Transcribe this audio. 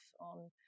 on